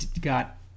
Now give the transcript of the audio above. got